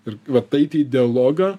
ir va taip į dialogą